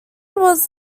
was